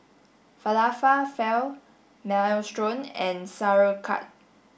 Falafel Minestrone and Sauerkraut